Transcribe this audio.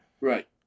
Right